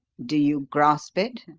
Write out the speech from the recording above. do you grasp it?